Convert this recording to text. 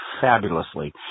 fabulously